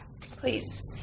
please